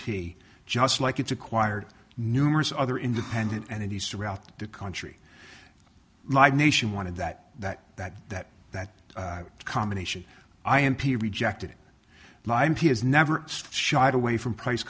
p just like it's acquired numerous other independent entities two out the country live nation wanted that that that that that combination i am p rejected he has never shied away from price